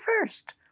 first